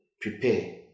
Prepare